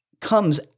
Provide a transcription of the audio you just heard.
comes